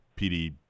PD